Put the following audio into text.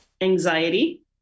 Anxiety